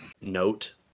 note